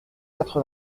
quatre